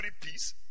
peace